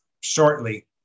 shortly